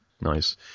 Nice